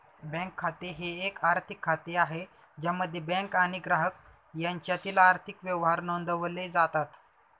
bank खाते हे एक आर्थिक खाते आहे ज्यामध्ये बँक आणि ग्राहक यांच्यातील आर्थिक व्यवहार नोंदवले जातात